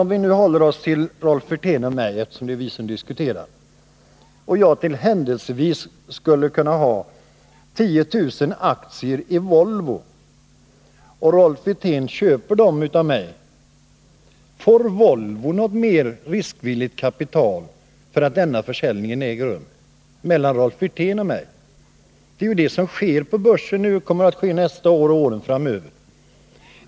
Om vi håller oss till Rolf Wirtén och mig, eftersom det är vi som diskuterar, och jag händelsevis har 10 000 aktier i Volvo som Rolf Wirtén köper av mig, får Volvo något mer riskvilligt kapital för att denna försäljning äger rum? Det är detta som sker på börsen nu och kommer att ske nästa år och även åren framöver.